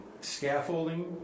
scaffolding